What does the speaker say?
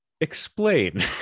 explain